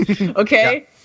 okay